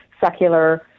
secular